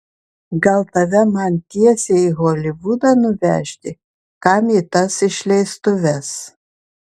gal tave man tiesiai į holivudą nuvežti kam į tas išleistuves